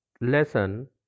lesson